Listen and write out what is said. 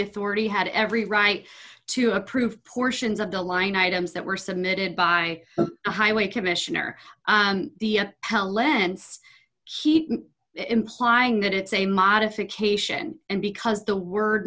authority had every right to approve portions of the line items that were submitted by the highway commissioner how lentz implying that it's a modification and because the word